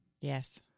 Yes